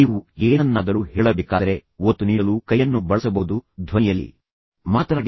ನೀವು ಏನನ್ನಾದರೂ ಹೇಳಬೇಕಾದರೆ ಒತ್ತು ನೀಡಲು ಕೈಯನ್ನು ಬಳಸಬಹುದು ಧ್ವನಿಯಲ್ಲಿ ಮಾತನಾಡಿ